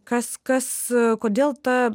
kas kas kodėl ta